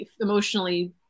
emotionally